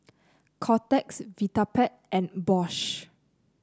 Kotex Vitapet and Bosch